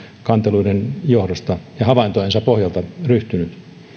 kanteluiden johdosta ja havaintojensa pohjalta ryhtynyt